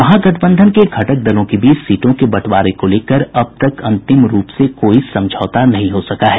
महागठबंधन के घटक दलों के बीच सीटों के बंटवारे को लेकर अब तक अंतिम रूप से कोई समझौता नहीं हो सका है